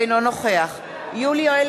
אינו נוכח יולי יואל